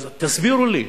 אז תסבירו לי,